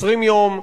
20 יום,